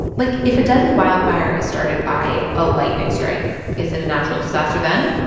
like if a deadly wildfire is started by a lightning strike, is it a natural disaster then?